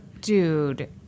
Dude